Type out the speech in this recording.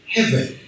Heaven